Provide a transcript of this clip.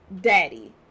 daddy